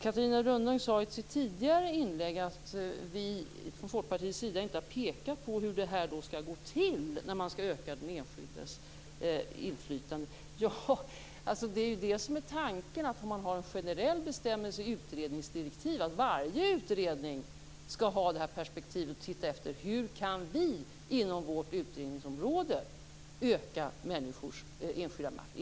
Catarina Rönnung sade i ett tidigare inlägg att vi i Folkpartiet inte har pekat på hur det skall gå till när man skall öka den enskildes inflytande. Tanken är ju att man har en generell bestämmelse i utredningsdirektiven att varje utredning skall ha det här perspektivet och titta efter hur de inom sitt utredningsområde kan öka människors enskilda makt.